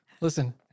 listen